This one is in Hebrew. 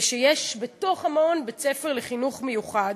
שיש בו בית-ספר לחינוך מיוחד,